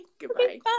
Goodbye